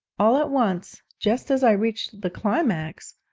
all at once, just as i reached the climax,